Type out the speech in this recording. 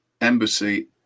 embassy